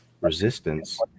resistance